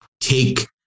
take